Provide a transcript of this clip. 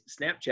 Snapchat